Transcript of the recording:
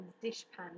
dishpan